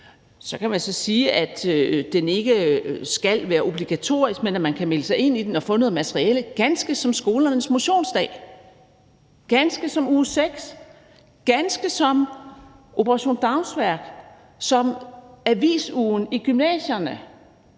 Så kan man sige, at det ikke skal være obligatorisk, men at man kan melde sig til den og få noget materiale, ganske som det gælder med skolernes motionsdag, ganske som med uge 6, ganske som med Operation Dagsværk, ganske som med avisugen i gymnasierne.